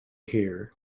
here